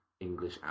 English